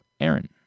Aaron